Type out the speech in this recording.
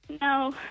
no